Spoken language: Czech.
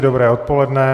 Dobré odpoledne.